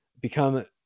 become